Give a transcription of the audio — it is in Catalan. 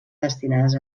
destinades